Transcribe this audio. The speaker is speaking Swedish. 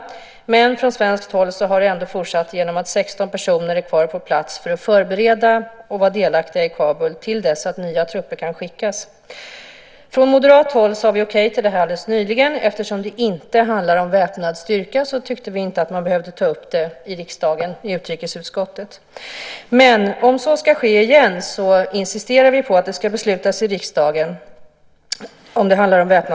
Men från svenskt håll har det ändå fortsatt genom att 16 personer är kvar på plats för att förbereda och vara delaktiga i Kabul till dess att nya trupper kan skickas. Från moderat håll sade vi okej till detta alldeles nyligen. Eftersom det inte handlar om väpnad styrka tyckte vi inte att man behövde ta upp det i riksdagen i utrikesutskottet. Men om det blir en väpnad styrka igen insisterar vi på att det ska beslutas i riksdagen.